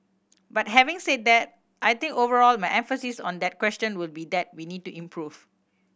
but having said that I think overall my emphasis on that question would be that we need to improve